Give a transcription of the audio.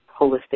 holistic